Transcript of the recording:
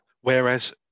whereas